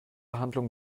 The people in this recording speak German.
handlung